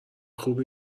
خوب